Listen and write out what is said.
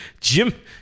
Jim